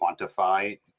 quantify